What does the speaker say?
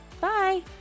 bye